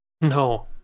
No